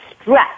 stress